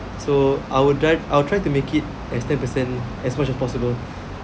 so I'll tr~ I'll try to make it as ten percent as much as possible